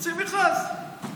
תוציא מכרז.